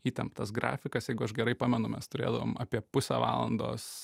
įtemptas grafikas jeigu aš gerai pamenu mes turėdavome apie pusę valandos